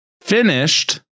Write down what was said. Finished